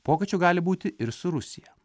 pokyčių gali būti ir su rusija